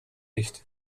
nicht